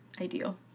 Ideal